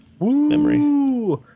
memory